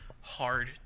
hard